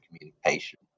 communication